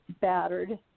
battered